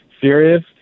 serious